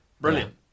Brilliant